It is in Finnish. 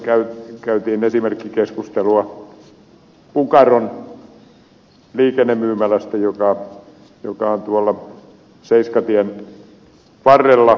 talousvaliokunnassa käytiin esimerkkikeskustelua pukaron liikennemyymälästä joka on tuolla seiskatien varrella